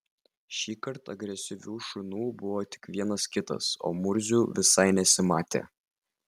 šįkart agresyvių šunų buvo tik vienas kitas o murzių visai nesimatė